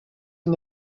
and